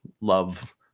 love